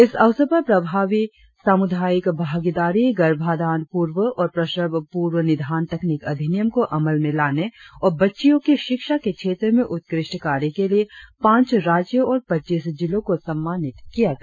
इस अवसर पर प्रभावी सामुदायिक भागीदारी गर्भाधान पूर्व और प्रसव पूर्व निदान तकनीक अधिनियम को अमल में लाने और बच्चियों की शिक्षा के क्षेत्र में उत्कृष्ट कार्य के लिए पांच राज्यों और पच्चीस जिलों को सम्मानित किया गया